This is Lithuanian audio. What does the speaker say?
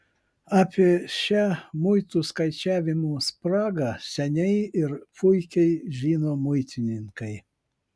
apie šią muitų skaičiavimo spragą seniai ir puikiai žino muitininkai